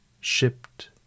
shipped